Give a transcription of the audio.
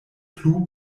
plu